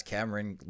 Cameron